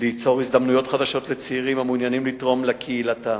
ליצור הזדמנויות חדשות לצעירים המעוניינים לתרום לקהילתם.